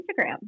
Instagram